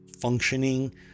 functioning